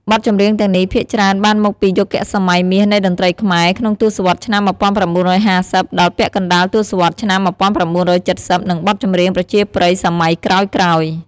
បទចម្រៀងទាំងនេះភាគច្រើនបានមកពីយុគសម័យមាសនៃតន្ត្រីខ្មែរ ក្នុងទសវត្សរ៍ឆ្នាំ ១៩៥០ ដល់ពាក់កណ្តាលទសវត្សរ៍ឆ្នាំ ១៩៧០ និងបទចម្រៀងប្រជាប្រិយសម័យក្រោយៗ។